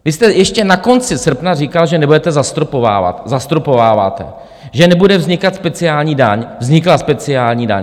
Vy jste ještě na konci srpna říkal, že nebudete zastropovávat zastropováváte, že nebude vznikat speciální daň vznikla speciální daň.